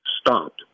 stopped